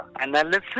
analysis